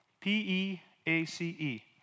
P-E-A-C-E